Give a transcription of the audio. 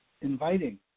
inviting